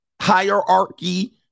hierarchy